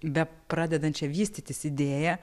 bepradedančią vystytis idėją